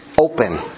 open